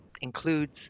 includes